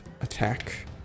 attack